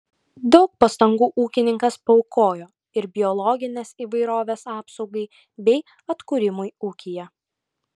daug pastangų ūkininkas paaukojo ir biologinės įvairovės apsaugai bei atkūrimui ūkyje